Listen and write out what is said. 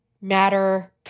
Matter